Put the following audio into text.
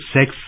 Sex